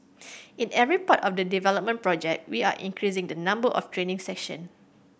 in every part of the development project we are increasing the number of training session